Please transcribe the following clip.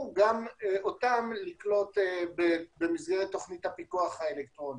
גם אותם לקלוט במסגרת תכנית הפיקוח האלקטרוני.